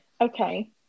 okay